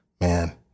man